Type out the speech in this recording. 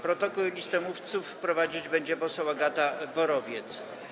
Protokół i listę mówców prowadzić będzie poseł Agata Borowiec.